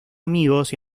amigos